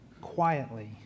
quietly